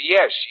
Yes